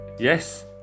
Yes